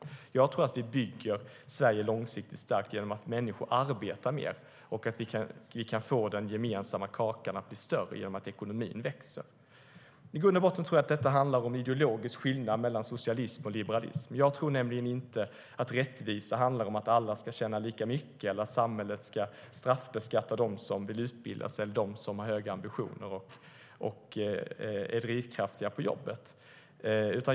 Jag tror att vi bygger Sverige långsiktigt starkt genom att få människor att arbeta mer. Vi kan göra den gemensamma kakan större genom att få ekonomin att växa.I grund och botten tror jag att detta handlar om en ideologisk skillnad mellan socialism och liberalism. Jag tror nämligen inte att rättvisa handlar om att alla ska tjäna lika mycket eller att samhället ska straffbeskatta dem som vill utbilda sig, har höga ambitioner och är drivkraftiga på jobbet.